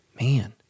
man